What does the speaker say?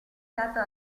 stato